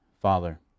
father